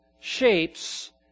shapes